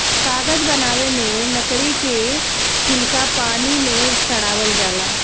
कागज बनावे मे लकड़ी के छीलका पानी मे सड़ावल जाला